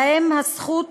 שלהם זכות